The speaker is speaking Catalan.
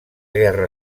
guerra